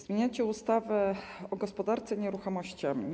Zmieniacie ustawę o gospodarce nieruchomościami.